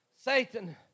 Satan